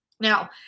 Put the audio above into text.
Now